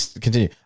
continue